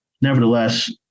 Nevertheless